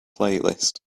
playlist